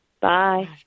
Bye